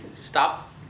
stop